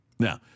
Now